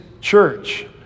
church